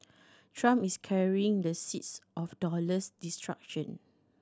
trump is carrying the seeds of dollar's destruction